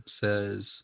says